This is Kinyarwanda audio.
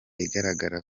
igaragara